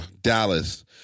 Dallas